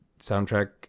soundtrack